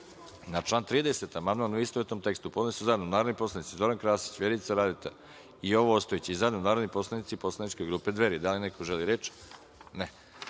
član 30. amandman, u istovetnom tekstu, podneli su zajedno narodni poslanici Zoran Krasić, Vjerica Radeta i Jovo Ostojić i zajedno narodni poslanici poslaničke grupe Dveri. Da li neko želi reč?